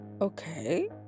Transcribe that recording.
Okay